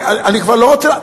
אני כבר לא רוצה,